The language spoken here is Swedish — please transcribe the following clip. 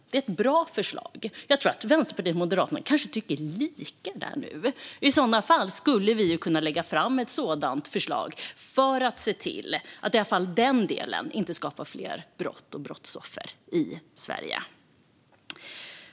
Det är ett bra förslag. Jag tror att Vänsterpartiet och Moderaterna kanske tycker lika där nu. I så fall skulle vi kunna lägga fram ett sådant förslag för att se till att i alla fall den delen inte skapar fler brott och brottsoffer i Sverige.